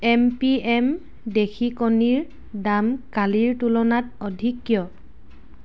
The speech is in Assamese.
এম পি এম দেশী কণীৰ দাম কালিৰ তুলনাত অধিক কিয়